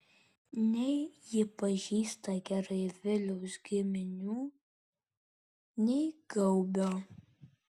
nei ji pažįsta gerai viliaus giminių nei gaubio